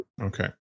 Okay